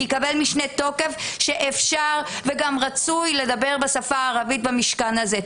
יקבל משנה תוקף שאפשר וגם רצוי לדבר ערבית במשכן הזה.